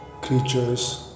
creatures